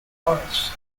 forest